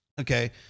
Okay